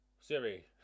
Siri